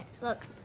Look